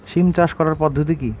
সিম চাষ করার পদ্ধতি কী?